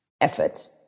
effort